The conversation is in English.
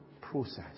process